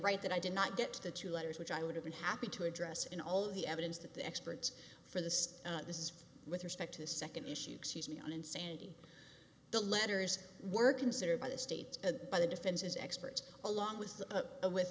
right that i did not get the two letters which i would have been happy to address in all of the evidence that the experts for this this is with respect to second issue excuse me on insanity the letters were considered by the state a by the defense's experts along with the with